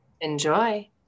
Enjoy